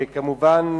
וכמובן